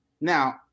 now